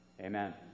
Amen